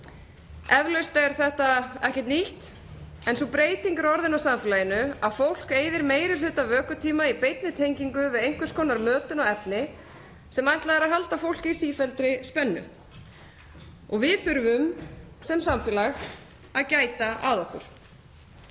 Eflaust er þetta ekkert nýtt en sú breyting er orðin á samfélaginu að fólk eyðir meiri hluta vökutíma í beinni tengingu við einhvers konar mötun á efni sem ætlað er að halda fólki í sífelldri spennu. Og við þurfum sem samfélag að gæta að okkur.